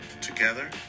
together